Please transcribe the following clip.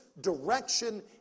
direction